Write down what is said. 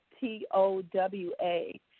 T-O-W-A